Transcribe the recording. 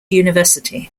university